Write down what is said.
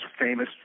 famous